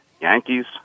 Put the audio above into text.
Yankees